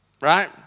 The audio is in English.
Right